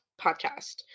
podcast